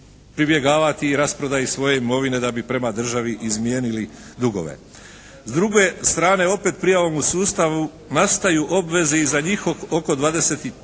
pribjegavati i rasprodaji svoje imovine da bi prema državi izmijenili dugove. S druge strane opet prijavom u sustavu nastaju obveze i za njih oko